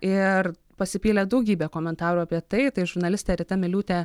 ir pasipylė daugybė komentarų apie tai tai žurnalistė rita miliūtė